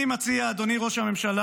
אז אני מציע, אדוני ראש הממשלה,